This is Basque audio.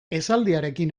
esaldiarekin